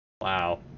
Wow